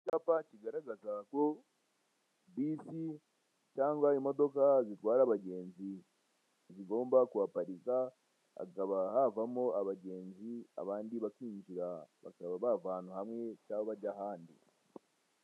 Icyapa kigaragaza ko bisi cyangwa imodoka zitwara abagenzi zigomba kuhaparika hakaba havamo abagenzi abandi bakinjira, bakaba bava ahantu hamwe cyangwa bajya ahandi.